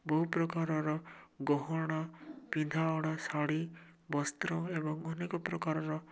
ବହୁ ପ୍ରକାରର ଗହଣା ପିନ୍ଧା ଶାଢ଼ୀ ବସ୍ତ୍ର ଏବଂ ଅନେକ ପ୍ରକାରର